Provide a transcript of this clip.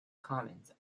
commons